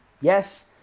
yes